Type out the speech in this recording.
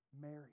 Mary